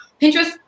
Pinterest